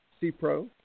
C-Pro